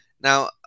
Now